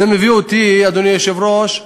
אדוני היושב-ראש,